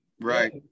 Right